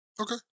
Okay